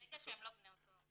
ברגע שהם לא בני אותה דת.